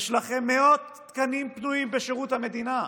יש לכם מאות תקנים פנויים בשירות המדינה,